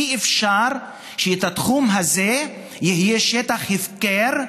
אי-אפשר שהתחום הזה יהיה שטח הפקר,